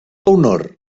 honor